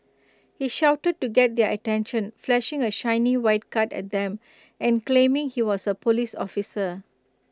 he shouted to get their attention flashing A shiny white card at them and claiming he was A Police officer